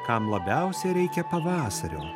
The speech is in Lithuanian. kam labiausiai reikia pavasario